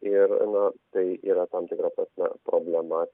ir na tai yra tam tikra prasme problema